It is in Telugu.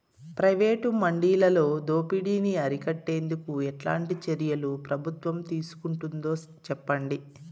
ప్రైవేటు మండీలలో దోపిడీ ని అరికట్టేందుకు ఎట్లాంటి చర్యలు ప్రభుత్వం తీసుకుంటుందో చెప్పండి?